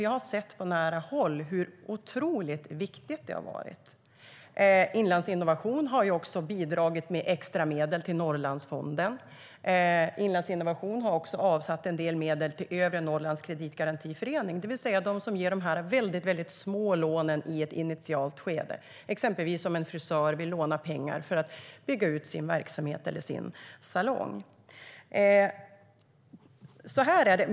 Jag har på nära håll sett hur otroligt viktig den har varit. Inlandsinnovation har också bidragit med extra medel till Norrlandsfonden. Man har även avsatt en del medel till Övre Norrlands kreditgarantiförening som ger väldigt små lån i ett initialt skede, till exempel om en frisör vill låna pengar för att bygga ut sin verksamhet eller sin salong.